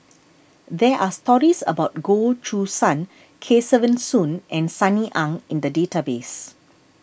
there are stories about Goh Choo San Kesavan Soon and Sunny Ang in the database